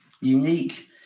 Unique